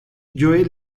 joe